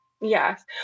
Yes